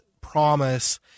promise